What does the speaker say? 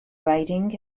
writing